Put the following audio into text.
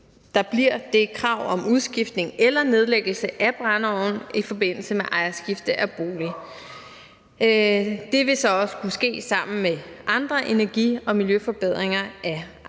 der bliver krav om udskiftning eller nedlæggelse af brændeovne i forbindelse med ejerskifte af bolig. Det vil så også skulle ske sammen med andre energi- og miljøforbedringer af ejendommen.